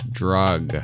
drug